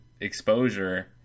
exposure